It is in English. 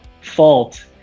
fault